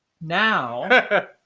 Now